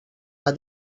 are